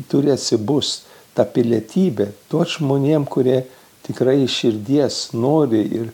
turi atsibust ta pilietybė tuos žmonėm kurie tikrai ir širdies nori ir